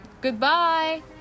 Goodbye